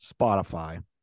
Spotify